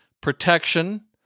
protection